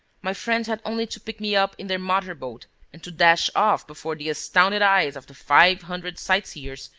my friends had only to pick me up in their motor-boat and to dash off before the astounded eyes of the five hundred sightseers,